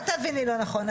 שלא תביני לא נכון,